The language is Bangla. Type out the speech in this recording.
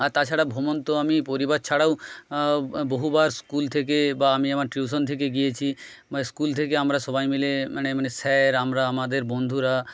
আর তাছাড়া ভ্রমণ তো আমি পরিবার ছাড়াও বহুবার স্কুল থেকে বা আমি আমার টিউশন থেকে গিয়েছি বা স্কুল থেকে আমরা সবাই মিলে মানে মানে স্যার আমরা আমাদের বন্ধুরা